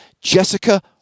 jessica